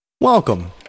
Welcome